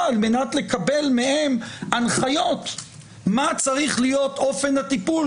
על מנת לקבל מהם הנחיות מה צריך להיות אופן הטיפול,